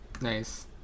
Nice